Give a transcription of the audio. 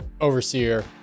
overseer